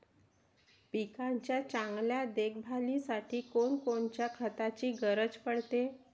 पिकाच्या चांगल्या देखभालीसाठी कोनकोनच्या खताची गरज पडते?